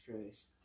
Christ